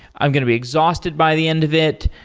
i'm going to be exhausted by the end of it.